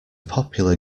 popular